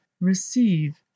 receive